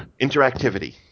Interactivity